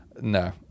No